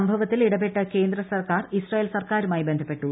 സംഭവത്തിൽ ഇടപെട്ട കേന്ദ്ര സർക്കാർ ഇസ്രേയൽ സർക്കാറുമായി ബന്ധപ്പെട്ടു